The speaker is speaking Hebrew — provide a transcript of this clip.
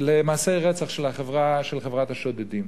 למעשי רצח של חברת השודדים.